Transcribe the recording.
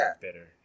bitter